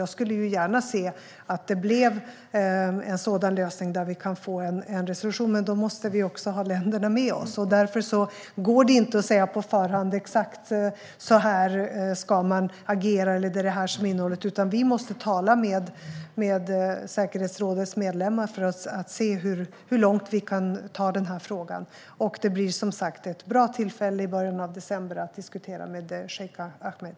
Jag skulle gärna se att det blev en lösning där vi kan få en resolution, men då måste vi också ha länderna med oss. Därför går det inte att säga på förhand exakt hur man ska agera och vad innehållet ska vara, utan vi måste tala med säkerhetsrådets medlemmar för att se hur långt vi kan ta denna fråga. Det blir som sagt ett bra tillfälle i början av december att diskutera med Cheikh Ahmed.